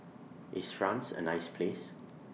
IS France A nice Place